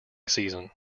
season